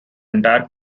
entire